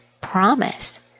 promise